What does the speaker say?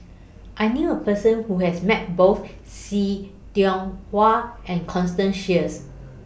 I knew A Person Who has Met Both See Tiong Wah and Constance Sheares